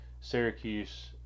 Syracuse